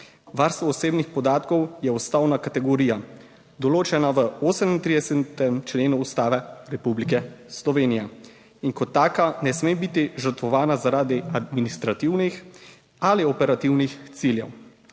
Varstvo osebnih podatkov je ustavna kategorija, določena v 38. členu Ustave Republike Slovenije in kot taka ne sme biti žrtvovana, zaradi administrativnih ali operativnih ciljev.